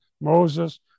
Moses